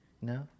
No